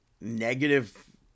negative